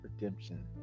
redemption